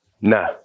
No